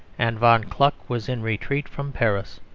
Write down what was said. and von kluck was in retreat from paris.